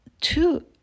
two